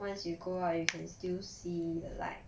once you go out you can still see the light